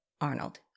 Arnold